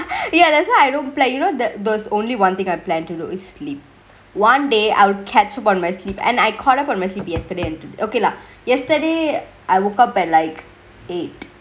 ya that's why I don't play you know that there's only one thingk I plan to do is sleep one day I'll catch up on my sleep and I caught up on my sleep yesterday okay lah yesterday I woke up at like eight